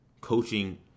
coaching